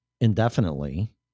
Indefinitely